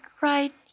right